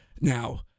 now